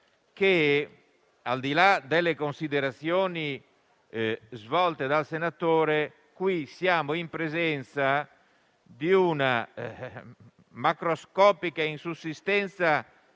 che, al di là delle considerazioni svolte dal senatore, qui siamo in presenza di una macroscopica insussistenza